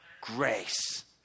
Grace